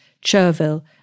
chervil